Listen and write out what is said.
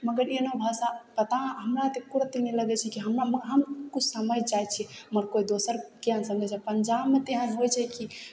मगर एहनो भाषा पता हमरा तऽ एक्को रति नहि लगय छै कि हमरा हम किछु समझि जाइ छियै मगर कोइ दोसर किएक नहि समझय छै पंजाबमे तऽ एहन होइ छै कि